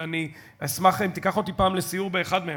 ואני אשמח אם תיקח אותי פעם לסיור באחד מהם,